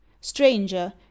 stranger